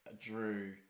Drew